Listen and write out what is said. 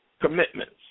commitments